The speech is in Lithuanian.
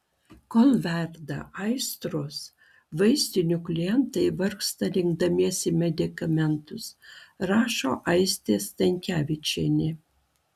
kol verda aistros vaistinių klientai vargsta rinkdamiesi medikamentus rašo aistė stankevičienė